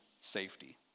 safety